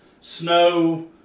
snow